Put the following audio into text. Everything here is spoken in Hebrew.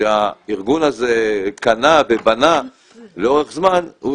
שהארגון הזה קנה ובנה לאורך זמן היא